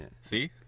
See